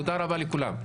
תודה רבה לכולם.